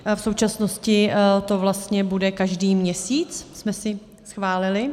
V současnosti to vlastně bude každý měsíc, jsme si schválili.